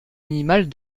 minimale